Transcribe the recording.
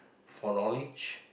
for knowledge